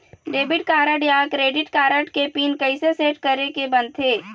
Debit card या credit card के PIN कइसे सेट करे के बनते?